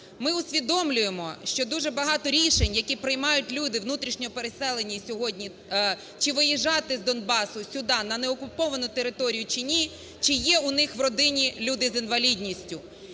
Ми усвідомлюємо, що дуже багато рішень, які приймають люди, внутрішньо переселені сьогодні, чи виїжджати з Донбасу сюди на неокуповану територію, чи ні, чи є у них в родині люди з інвалідністю.